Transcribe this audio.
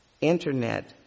internet